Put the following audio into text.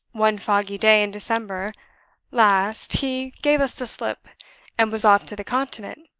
one foggy day in december last he gave us the slip and was off to the continent,